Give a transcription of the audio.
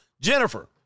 Jennifer